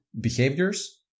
behaviors